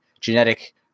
genetic